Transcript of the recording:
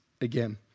again